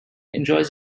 enjoys